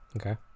okay